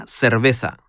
cerveza